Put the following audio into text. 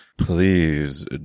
Please